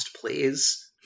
please